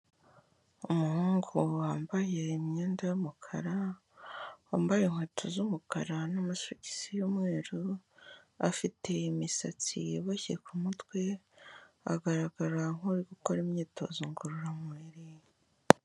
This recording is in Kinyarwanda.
Umuhungu wambaye imyenda y'umukara, wambaye inkweto z'umukara n'amagisi y'umweru, afite imisatsi yaboshye ku mutwe, agaragara nk'uri gukora imyitozo ngororamubiri.